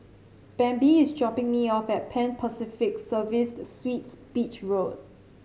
Bambi is dropping me off at Pan Pacific Serviced Suites Beach Road